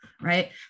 right